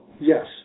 Yes